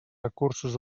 recursos